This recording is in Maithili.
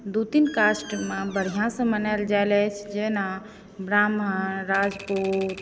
दू तीन कास्टमे बढ़िऑंसँ मनायल जाइत अछि जेना ब्राम्हण राजपुत